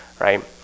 right